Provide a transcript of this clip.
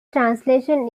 tradition